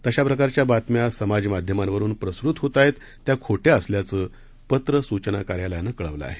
अशा प्रकारच्या बातम्या समाजमाध्यमांवरुन प्रसृत होत आहेत त्या खोट्या असल्याचं पत्रसूचना कार्यालयानं कळवलं आहे